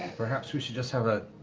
perhaps we should just have a